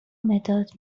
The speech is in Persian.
مداد